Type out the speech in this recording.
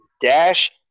Dash